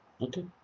okay